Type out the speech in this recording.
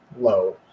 low